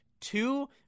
two